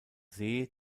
see